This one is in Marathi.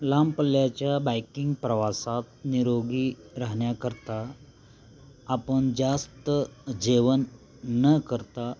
लांब पल्ल्याच्या बाईकिंग प्रवासात निरोगी राहण्याकरता आपण जास्त जेवण न करता